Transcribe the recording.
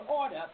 order